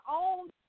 own